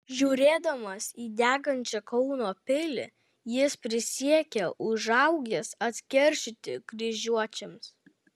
žiūrėdamas į degančią kauno pilį jis prisiekė užaugęs atkeršyti kryžiuočiams